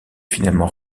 finalement